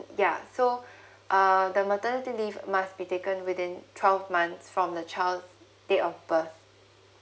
ya so uh the maternity leave must be taken within twelve months from the child date of birth